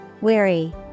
weary